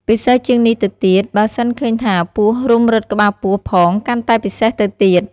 ពិសេសជាងនេះទៅទៀត បើសិនឃើញថាពស់រុំរឹតក្បាលពោះផងកាន់តែពិសេសទៅទៀត។